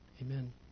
amen